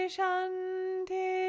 Shanti